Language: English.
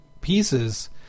pieces